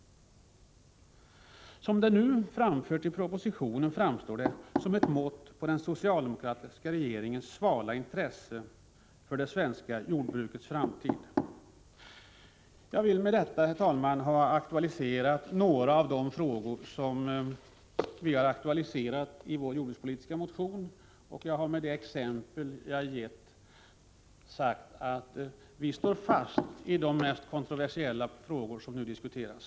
Som det nu framförts i propositionen framstår det som ett mått på den socialdemokratiska regeringens svala intresse för det svenska jordbrukets framtid. Jag vill med detta, herr talman, ha aktualiserat några av de frågor som vi har tagit upp i vår jordbrukspolitiska motion. Jag har med de exempel jag har gett sagt att vi står fast vid vår ståndpunkt i de mest kontroversiella frågor som nu diskuteras.